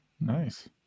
Nice